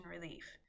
relief